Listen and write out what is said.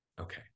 Okay